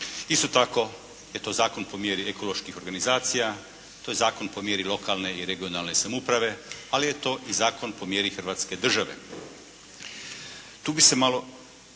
Isto tako je to zakon po mjeri ekoloških organizacija. To je zakon po mjeri lokalne i regionalne samouprave, ali je to i zakon po mjeri Hrvatske države. Tu bi se malo